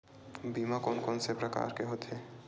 बीमा कोन कोन से प्रकार के होथे?